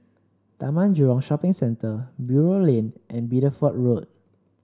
Taman Jurong Shopping Centre Buroh Lane and Bideford Road